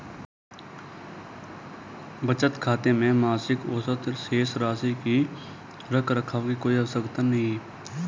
बचत खाते में मासिक औसत शेष राशि के रख रखाव की कोई आवश्यकता नहीं